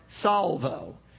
salvo